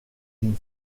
une